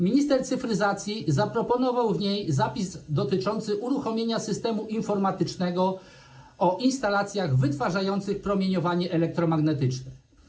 Minister cyfryzacji zaproponował w niej zapis dotyczący uruchomienia systemu informatycznego dotyczącego instalacji wytwarzających promieniowanie elektromagnetyczne.